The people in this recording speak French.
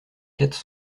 quatre